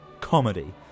comedy